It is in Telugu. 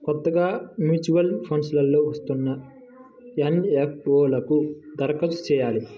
కొత్తగా మూచ్యువల్ ఫండ్స్ లో వస్తున్న ఎన్.ఎఫ్.ఓ లకు దరఖాస్తు చెయ్యాలి